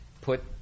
put